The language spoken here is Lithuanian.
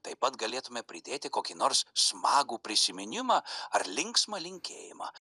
taip pat galėtume pridėti kokį nors smagų prisiminimą ar linksmą linkėjimą